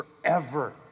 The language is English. forever